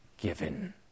given